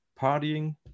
partying